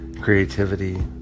creativity